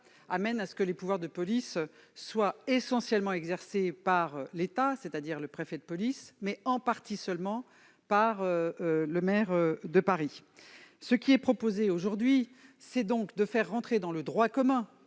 son histoire, les pouvoirs de police y sont essentiellement exercés par l'État, c'est-à-dire le préfet de police, et en partie seulement par le maire de Paris. Nous proposons aujourd'hui de faire entrer dans le droit commun